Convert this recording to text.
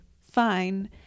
fine